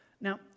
Now